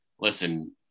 listen